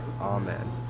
Amen